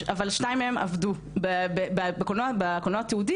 בקולנוע התיעודי